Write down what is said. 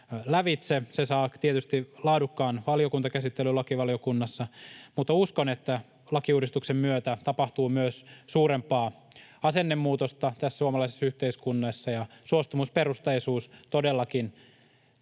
Se saa tietysti laadukkaan valiokuntakäsittelyn lakivaliokunnassa. Uskon, että lakiuudistuksen myötä tapahtuu myös suurempaa asennemuutosta tässä suomalaisessa yhteiskunnassa, ja suostumusperusteisuus todellakin